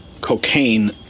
Cocaine